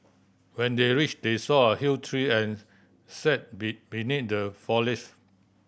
when they reached they saw a huge tree and sat be beneath the foliage